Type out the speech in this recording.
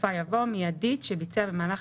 במקום